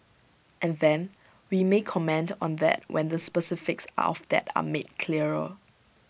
and then we may comment on that when the specifics of that are made clearer